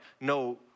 no